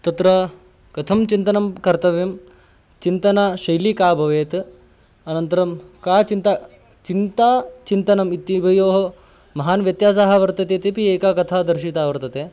तत्र कथं चिन्तनं कर्तव्यं चिन्तना शैली का भवेत् अनन्तरं का चिन्ता चिन्ता चिन्तनम् इति उभयोः महान् व्यत्यासः वर्तते इत्यपि एका कथा दर्शिता वर्तते